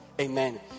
amen